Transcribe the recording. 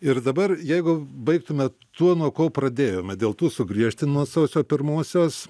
ir dabar jeigu baigtume tuo nuo ko pradėjome dėl tų sugriežtinimų nuo sausio pirmosios